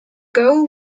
goal